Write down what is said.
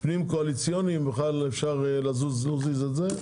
פנים-קואליציוניים אם בכלל אפשר להזיז את זה.